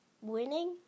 winning